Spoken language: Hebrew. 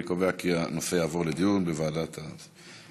אני קובע כי הנושא יעבור לדיון בוועדת הפנים.